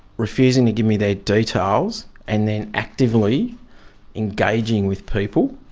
refusing to give me their details and then actively engaging with people